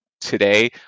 today